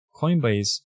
Coinbase